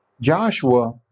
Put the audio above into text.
Joshua